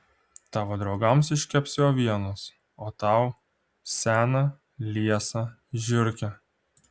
tavo draugams iškepsiu avienos o tau seną liesą žiurkę